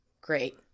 great